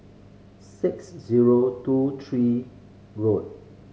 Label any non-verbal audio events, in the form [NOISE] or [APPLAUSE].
six zero two three [UNINTELLIGIBLE]